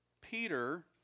Peter